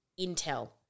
intel